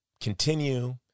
continue